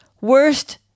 worst